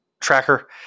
tracker